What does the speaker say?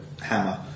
Hammer